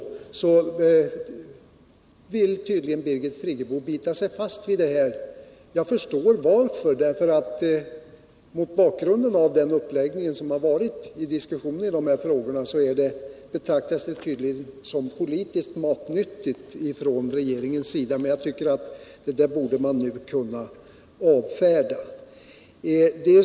Men Birgit Friggebo vill tydligen bita sig fast vid detta. Jag förstår varför. Mot bakgrunden av den uppläggning som skett i diskussionen av dessa frågor betraktas det tydligen som politiskt matnyttigt från regeringens sida. Men jag tycker att man nu borde kunna avfärda detta.